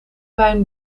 wijn